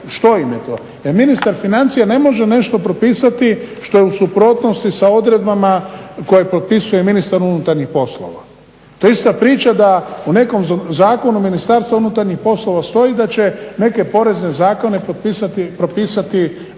što im je to. Jer ministar financija ne može nešto propisati što je u suprotnosti sa odredbama koje propisuje ministar unutarnjih poslova. To je ista priča da o nekom zakonu Ministarstva unutarnjih poslova stoji da će neke porezne zakone propisati